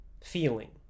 feeling